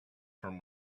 from